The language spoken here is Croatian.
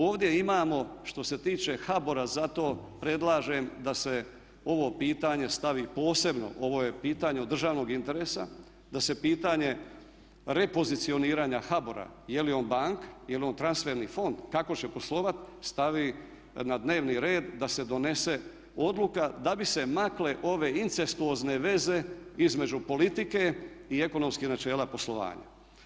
Ovdje imamo što se tiče HBOR-a, zato predlažem da se ovo pitanje stavi posebno, ovo je pitanje od državnog interesa, da se pitanje repozicioniranja HBOR-a je li on banka, je li on transferni fond, kako će poslovati stavi na dnevni red da se donese odluka da bi se makle ove incestuozne veze između politike i ekonomskih načela poslovanja.